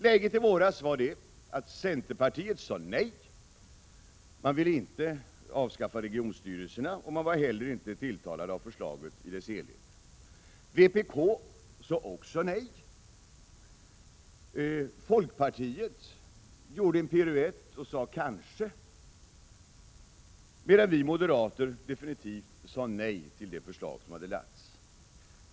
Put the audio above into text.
Läget i våras var det att centerpartiet sade nej. Man ville inte avskaffa regionstyrelserna, och man var heller inte tilltalad av förslaget i dess helhet. Vpk sade också nej. Folkpartiet gjorde en piruett och sade kanske, medan vi moderater definitivt sade nej till det förslag som hade lagts fram.